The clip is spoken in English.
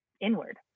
inward